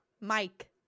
Mike